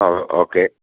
അത് ഓക്കേ